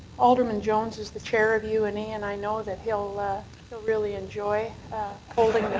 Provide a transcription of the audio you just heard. alderman jones is the chair of une and i know that you'll ah you'll really enjoy holding